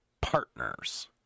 partners